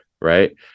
Right